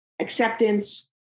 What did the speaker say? acceptance